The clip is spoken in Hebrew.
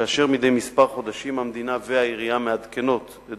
כאשר מדי כמה חודשים המדינה והעירייה מעדכנות את